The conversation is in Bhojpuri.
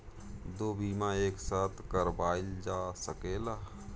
दो बीमा एक साथ करवाईल जा सकेला?